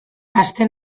aste